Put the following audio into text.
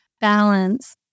balance